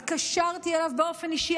התקשרתי אליו באופן אישי,